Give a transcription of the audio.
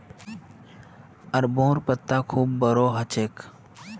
अरबोंर पत्ता खूब बोरो ह छेक